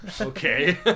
Okay